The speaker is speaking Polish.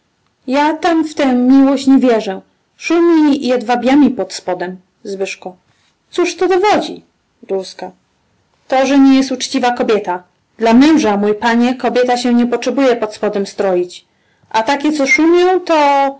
tam w tę miłość nie wierzę szumi jedwabiami pod spodem cóż to dowodzi to że nie jest uczciwą kobietą dla męża mój panie kobieta się nie potrzebuje pod spodem stroić a takie co